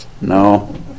No